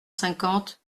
cinquante